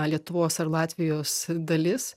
lietuvos ar latvijos dalis